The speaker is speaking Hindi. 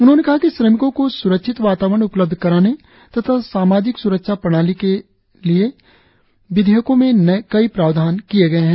उन्होंने कहा कि श्रमिकों को सुरक्षित वातावरण उपलब्ध कराने तथा सामाजिक सुरक्षा प्रणाली के लिए के लिए विधेयकों में कई प्रावधान किए गए हैं